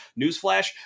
newsflash